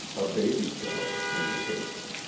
a baby shower invitation.